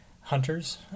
hunters